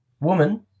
woman